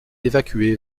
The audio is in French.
évacué